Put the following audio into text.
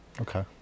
Okay